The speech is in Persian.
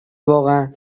واقعا